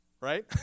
right